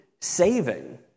saving